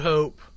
Hope